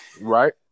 Right